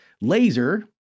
LASER